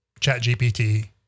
ChatGPT